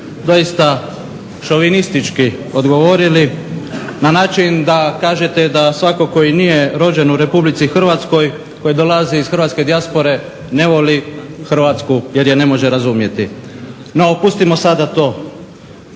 doista šovinistički odgovorili na način da kažete da svako koji nije rođen u Republici Hrvatskoj, koji dolazi iz Hrvatske dijaspore ne voli Hrvatsku jer je ne može razumjeti. No pustimo sada to,